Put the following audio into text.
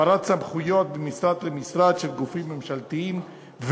העברת סמכויות של גופים ממשלתיים ממשרד למשרד.